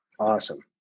Awesome